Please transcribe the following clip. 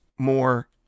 more